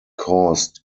caused